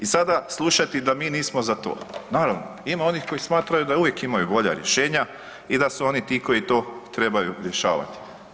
I sada slušati da mi nismo za to, naravno, ima onih koji smatraju da uvijek imaju bolja rješenja i da su oni ti koji to trebaju rješavati.